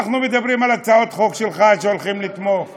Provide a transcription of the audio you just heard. אנחנו מדברים על הצעת חוק שלך שאנחנו הולכים לתמוך בה.